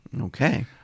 Okay